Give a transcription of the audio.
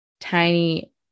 tiny